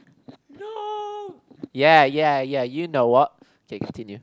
no ya ya ya you know what okay continue